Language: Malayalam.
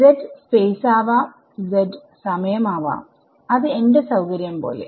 z സ്പേസ് ആവാം z സമയം ആവാം അത് എന്റെ സൌകര്യം പോലെ